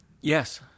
Yes